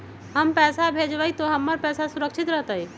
हम पैसा भेजबई तो हमर पैसा सुरक्षित रहतई?